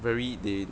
very they